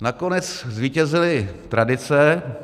Nakonec zvítězily tradice.